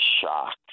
shocked